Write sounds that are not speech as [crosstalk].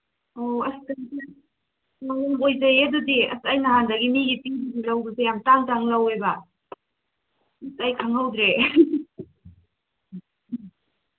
ꯑꯣ [unintelligible] ꯑꯣꯏꯖꯩꯌꯦ ꯑꯗꯨꯗꯤ ꯑꯁ ꯑꯩ ꯅꯍꯥꯟꯗꯒꯤ ꯃꯤꯒꯤ [unintelligible] ꯂꯧꯕꯁꯦ ꯌꯥꯝ ꯇꯥꯡ ꯇꯥꯡꯅ ꯂꯧꯋꯦꯕ ꯑꯩ ꯈꯪꯍꯧꯗ꯭ꯔꯦ